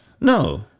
No